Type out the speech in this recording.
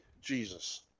Jesus